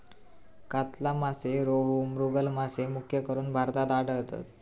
कातला मासे, रोहू, मृगल मासे मुख्यकरून भारतात आढळतत